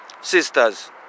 Sisters